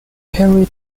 perry